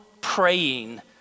praying